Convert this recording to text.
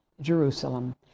Jerusalem